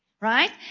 Right